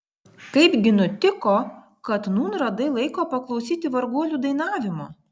kaipgi nutiko kad nūn radai laiko paklausyti varguolių dainavimo